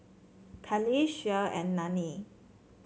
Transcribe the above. Kali Shea and Lani